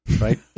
right